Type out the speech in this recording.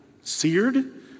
Seared